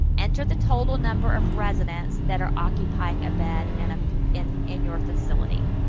enter the total number of residents that are occupying a bed and ah in in your facility.